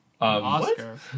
Oscar